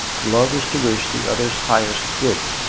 to love is to wish the other's highest good,